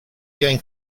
gain